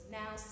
now